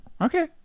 Okay